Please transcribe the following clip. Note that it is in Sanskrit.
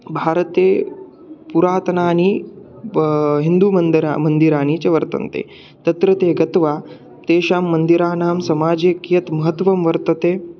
भारते पुरातनानि बा हिन्दुमन्दिराणि मन्दिराणि च वर्तन्ते तत्र ते गत्वा तेषां मन्दिराणां समाजे कियत् महत्वं वर्तते